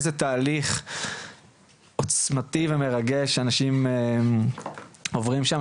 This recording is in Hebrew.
איזה תהליך עוצמתי ומרגש אנשים עוברים שם.